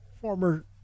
former